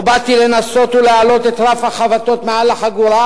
לא באתי לנסות ולהעלות את רף החבטות מעל לחגורה,